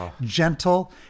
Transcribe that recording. gentle